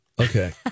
Okay